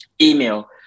email